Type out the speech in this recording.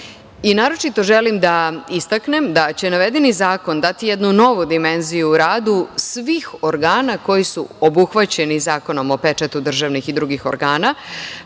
predlog. Naročito želim da istaknem da će navedeni zakon dati jednu novu dimenziju radu svih organa koji su obuhvaćeni Zakonom o pečatu državnih i drugih organa.